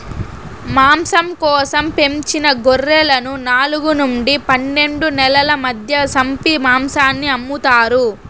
మాంసం కోసం పెంచిన గొర్రెలను నాలుగు నుండి పన్నెండు నెలల మధ్య సంపి మాంసాన్ని అమ్ముతారు